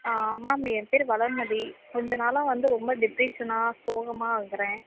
ma'am ஏன் பேர் வளர்மதி கொஞ்ச நாளாக வந்து ரொம்ப டிப்ரேஷனாக சோகமாக இருக்கிறேன்